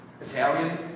Italian